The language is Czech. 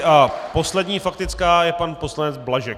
A poslední faktická je pan poslanec Blažek.